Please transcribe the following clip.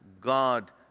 God